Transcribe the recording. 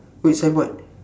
which signboard